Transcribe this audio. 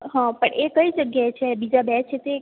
હા પણ એ કઈ જગ્યાએ છે બીજા બે છે તે